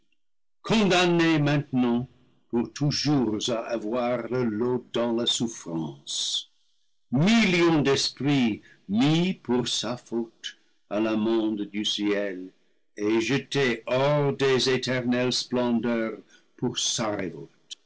condamnés maintenant pour toujours à avoir leur lot dans la souffrance millions d'esprits mis pour sa faute à l'amende du ciel et jetés hors des éternelles splendeurs pour sa